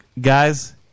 Guys